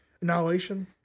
Annihilation